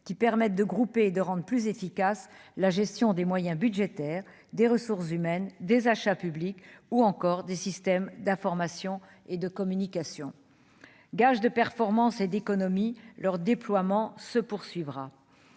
qui permettent de grouper et de rendre plus efficace la gestion des moyens budgétaires des ressources humaines des achats publics ou encore des systèmes d'information et de communication, gage de performances et d'économies leur déploiement se poursuivra